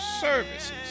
services